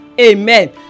amen